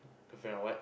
girlfriend or what